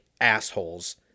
assholes